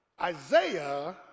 isaiah